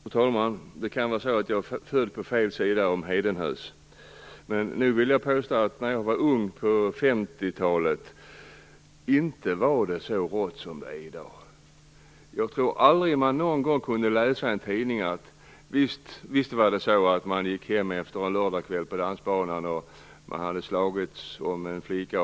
Fru talman! Det kan vara så att jag är född på fel sida om hedenhös. Men jag vill påstå att det inte var så rått som det är i dag, när jag var ung på 50-talet. Man kunde gå hem en lördagskväll från dansbanan efter att ha förlorat ett slagsmål om en flicka.